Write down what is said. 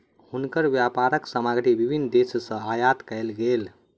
हुनकर व्यापारक सामग्री विभिन्न देस सॅ आयात कयल गेल